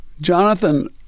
Jonathan